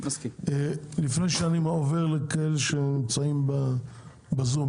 לפני שאני עובר לכאלה שנמצאים בזום,